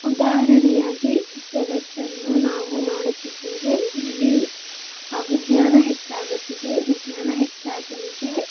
ಉದಾಹರಣೆಯಾಗಿ ಜಗತ್ತನ್ನು ನಾವು ನೋಡುತ್ತಿದ್ದೇವೆ ಇಲ್ಲಿ ವಿಜ್ಞಾನ ಹೆಚ್ಚಾಗುತ್ತಿದೆ ವಿಜ್ಞಾನ ಹೆಚ್ಚಾದಂತೆ